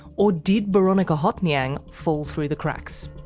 or did boronika hothnyang fall through the cracks?